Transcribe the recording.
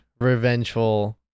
revengeful